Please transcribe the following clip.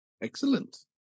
Excellent